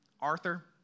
Arthur